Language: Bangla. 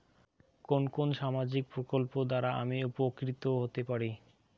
কোন কোন সামাজিক প্রকল্প দ্বারা আমি উপকৃত হতে পারি?